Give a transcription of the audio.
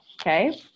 okay